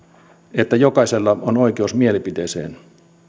että jokaisella on oikeus mielipiteeseen